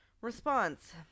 Response